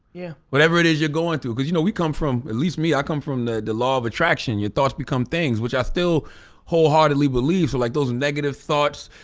yeah whatever it is you're going through, because you know we come from, at least me, i come from the the law of attraction. your thoughts become things, which i still wholeheartedly believe, so like those and negative thoughts,